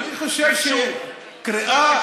זו השאלה.